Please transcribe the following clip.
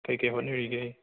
ꯀꯩ ꯀꯩ ꯍꯣꯠꯅꯔꯤꯒꯦ